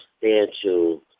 substantial